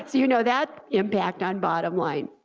you know, that impact on bottom line.